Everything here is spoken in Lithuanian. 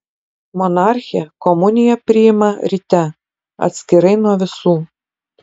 monarchė komuniją priima ryte atskirai nuo visų